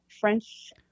French